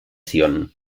zion